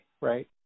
right